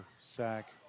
sack